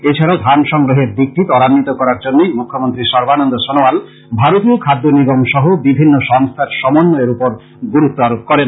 এছাড়াও ধান সংগ্রহের দিকটি তরান্বিত করার জন্য মুখ্যমন্ত্রী সর্বানন্দ সনোয়াল ভারতীয় খাদ্য নিগম সহ বিভিন্ন সংস্থার সমন্বয়ের ওপর গুরুতু আরোপ করেন